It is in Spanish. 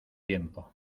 tiempo